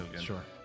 Sure